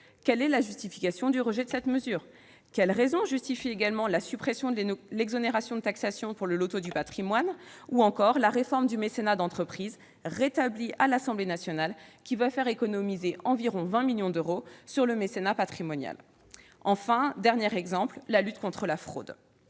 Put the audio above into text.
Quelle est la justification du rejet de cette mesure ? Quelle raison justifie également la suppression de l'exonération de taxation pour le loto du patrimoine ou encore la réforme du mécénat d'entreprise, rétablie à l'Assemblée nationale, qui va faire économiser environ 20 millions d'euros sur le mécénat patrimonial ? Le dernier exemple, enfin, est la lutte contre la fraude.